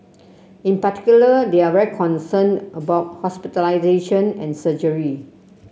in particular they are very concerned about hospitalisation and surgery